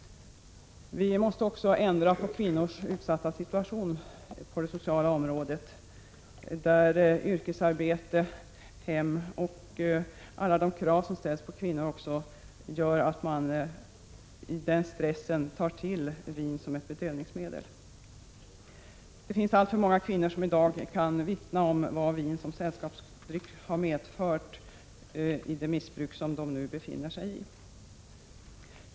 Vi måste också ändra på kvinnors utsatta situation på det sociala området, där yrkesarbete, hem och alla de krav som ställs på kvinnor gör att de i denna stressade situation tar till vin som bedövningsmedel. Det finns alltför många kvinnor som i dag kan vittna om vad vin som sällskapsdryck har medfört, med det missbruk som de nu befinner sig i.